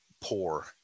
poor